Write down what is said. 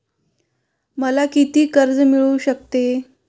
मला किती कर्ज मिळू शकते?